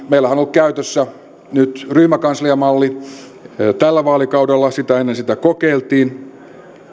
meillähän on on käytössä nyt ryhmäkansliamalli tällä vaalikaudella sitä ennen sitä kokeiltiin